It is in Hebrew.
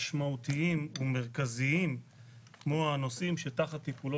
משמעותיים ומרכזיים כמו הנושאים שתחת טיפולו